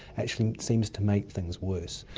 actually seems to make things worse.